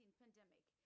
pandemic